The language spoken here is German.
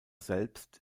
selbst